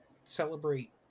celebrate